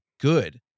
good